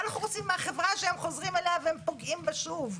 מה אנחנו רוצים מהחברה שהם חוזרים אליה ופוגעים בה שוב?